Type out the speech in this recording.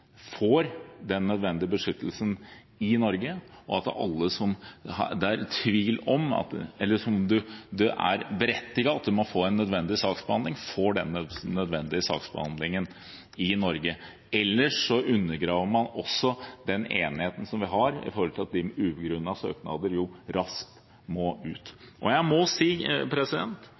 får den nødvendige beskyttelsen, og at alle som er berettiget til det, får den nødvendige saksbehandlingen i Norge. Ellers undergraver man også den enigheten vi har, om at de med ubegrunnede søknader raskt må